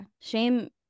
shame